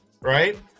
Right